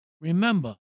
Remember